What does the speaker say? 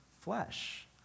flesh